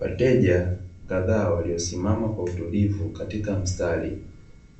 Wateja kadhaa waliosimama kwa utulivu katika mstari